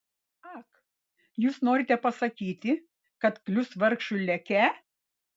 ak jūs norite pasakyti kad klius vargšui leke